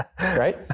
Right